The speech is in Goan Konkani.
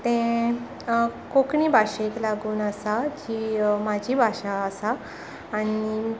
तें कोंकणी भाशेक लागून आसा जी म्हाजी भाशा आसा आनी